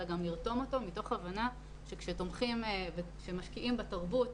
אלא גם לרתום אותו מתוך הבנה שכשמשקיעים בתרבות,